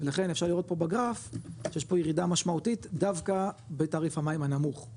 לכן אפשר לראות פה בגרף שיש פה ירידה משמעותית דווקא בתעריף המים הנמוך,